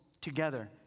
together